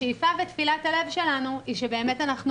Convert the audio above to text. השאיפה ותפילת הלב שלנו היא שבאמת אנחנו